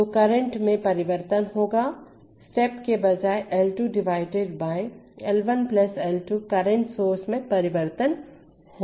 तो करंट में परिवर्तन होगा स्टेप के बजाय L 2 L 1 L 2 ×current source में परिवर्तन होगा